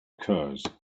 curse